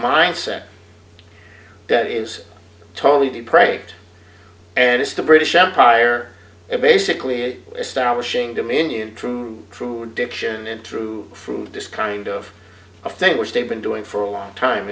mindset that is totally depraved and it's the british empire it basically establishing dominion true true diction and through food described of a thing which they've been doing for a long time